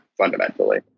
fundamentally